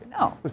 No